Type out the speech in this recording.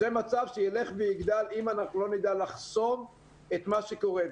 זה מצב שילך ויגדל אם אנחנו לא נדע לחסום את מה שקורה.